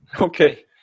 Okay